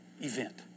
event